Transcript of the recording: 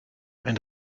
ein